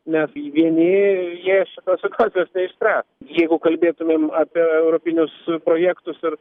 nes vieni jie šitos situacijos neišspręs jeigu kalbėtumėm apie europinius projektus ir